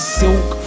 silk